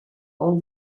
all